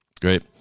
Great